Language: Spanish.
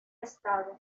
estado